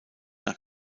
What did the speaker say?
nach